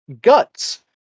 Guts